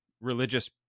religious